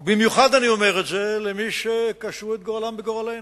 אני אומר את זה במיוחד למי שקשרו את גורלם בגורלנו.